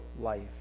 life